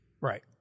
Right